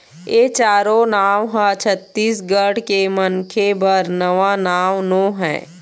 ए चारो नांव ह छत्तीसगढ़ के मनखे बर नवा नांव नो हय